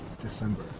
December